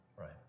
Right